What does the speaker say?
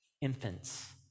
Infants